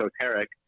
esoteric